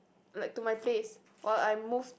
like to my place while I moved